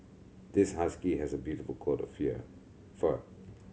this husky has a beautiful coat of fur